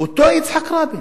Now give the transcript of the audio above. אותו יצחק רבין,